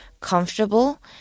comfortable